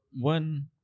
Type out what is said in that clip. one